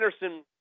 Anderson